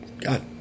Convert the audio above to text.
god